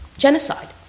Genocide